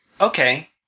Okay